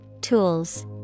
Tools